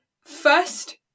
first